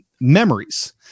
memories